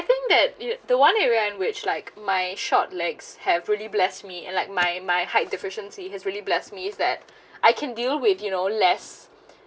I think that uh the one area I'm which like my short legs have really bless me and like my my height deficiency has really bless me is that I can deal with you know less